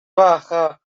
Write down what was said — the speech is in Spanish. baja